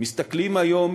מסתכלים היום,